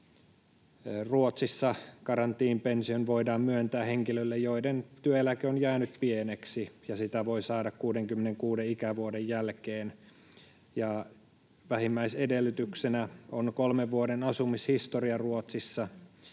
Ruotsissa garantipension voidaan myöntää henkilöille, joiden työeläke on jäänyt pieneksi, ja sitä voi saada 66 ikävuoden jälkeen. Vähimmäisedellytyksenä on kolmen vuoden asumishistoria Ruotsissa,